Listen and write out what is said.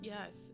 Yes